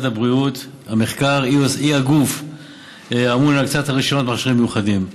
הבריאות היא הגוף האמון על הקצאת הרישיונות למכשירים מיוחדים.